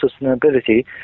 sustainability